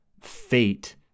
fate